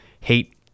hate